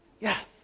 yes